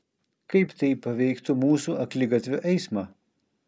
kaip tai paveiktų mūsų akligatvio eismą